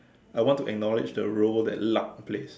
I want to acknowledge the role that luck plays